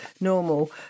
normal